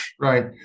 Right